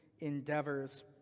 endeavors